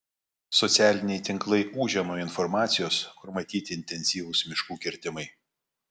socialiniai tinklai ūžia nuo informacijos kur matyti intensyvūs miškų kirtimai